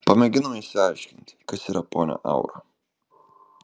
pamėginome išsiaiškinti kas yra ponia aura